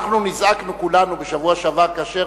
אנחנו נזעקנו כולנו בשבוע שעבר כאשר